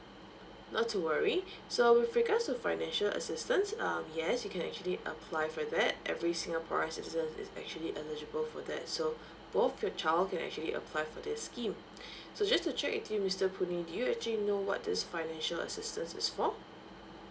not to worry so with regards to financial assistance um yes you can actually apply for that every singaporean citizen is actually eligible for that so both your child can actually apply for this scheme so just to check you mister puh nee do you actually know what this financial assistance is for